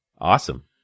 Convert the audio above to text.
Awesome